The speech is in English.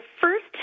first